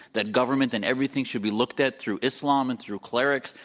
that governments and everything should be looked at through islam and through cleric so